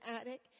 attic